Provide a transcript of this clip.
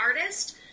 artist